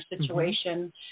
situation